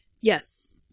Yes